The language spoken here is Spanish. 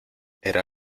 era